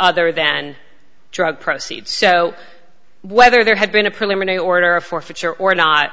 other than drug proceeds so whether there had been a preliminary order of forfeiture or not